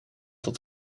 tot